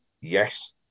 yes